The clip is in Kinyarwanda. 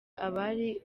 abari